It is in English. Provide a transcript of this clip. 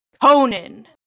Conan